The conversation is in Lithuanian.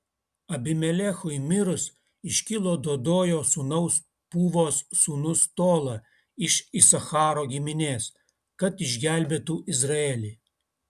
abimelechui mirus iškilo dodojo sūnaus pūvos sūnus tola iš isacharo giminės kad išgelbėtų izraelį